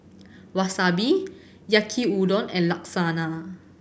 Wasabi Yaki Udon and Lasagna